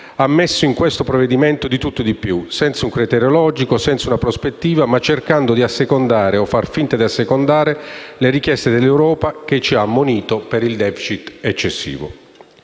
ha messo in questo provvedimento di tutto e di più, senza un criterio logico e una prospettiva, cercando di assecondare, o far finta di assecondare, le richieste dell'Europa, che ci ha ammonito per il *deficit* eccessivo.